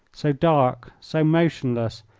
so dark, so motionless,